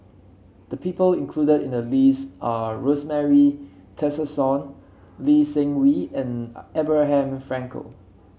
the people included in the list are Rosemary Tessensohn Lee Seng Wee and Abraham Frankel